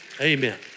Amen